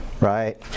right